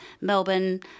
Melbourne